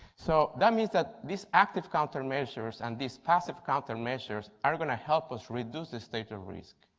so that means that this active countermeasures and these passive countermeasures are going to help us reduce the state of risk.